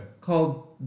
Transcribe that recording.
Called